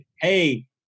Hey